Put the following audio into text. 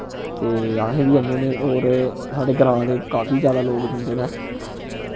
ते असें बी जन्ने होन्ने होर साढ़े ग्रांऽ दे काफी ज्यादा लोक जन्दे न